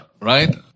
Right